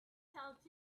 help